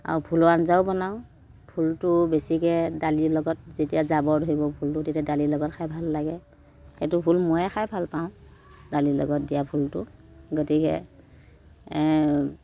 আও ভোলৰ আঞ্জাও বনাওঁ ভোলটো বেছিকৈ দালি লগত যেতিয়া জাবৰ ধৰিব ভোলটো তেতিয়া দালি লগত খাই ভাল লাগে সেইটো ভোল ময়ে খাই ভাল পাওঁ দালিৰ লগত দিয়া ভোলটো গতিকে